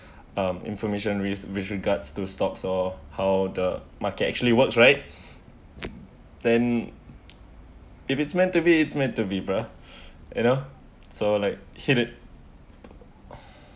um information with with regards to stocks or how the market actually works right then if it's meant to be it's meant to be bro you know so like headed